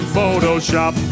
photoshop